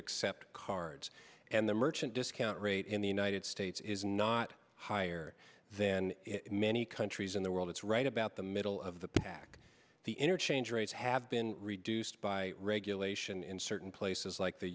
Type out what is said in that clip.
accept cards and the merchant discount rate in the united states is not higher than many countries in the world it's right about the middle of the back the interchange rates have been reduced by regulation in certain places like the